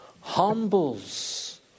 humbles